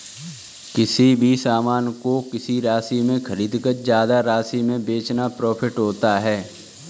किसी भी सामान को किसी राशि में खरीदकर ज्यादा राशि में बेचना प्रॉफिट होता है